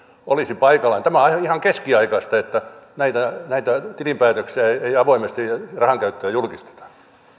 olisi paikallaan tämähän on ihan keskiaikaista että näitä näitä tilinpäätöksiä rahankäyttöä ei avoimesti julkisteta